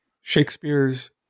Shakespeare's